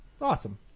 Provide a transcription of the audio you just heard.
Awesome